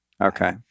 Okay